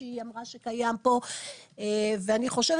אני חושבת